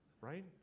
Right